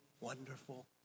wonderful